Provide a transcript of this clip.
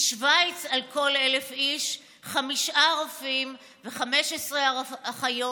בשווייץ על כל 1,000 איש יש חמישה רופאים ו-15 אחיות.